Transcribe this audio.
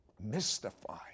Mystify